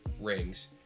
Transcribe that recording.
rings